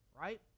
right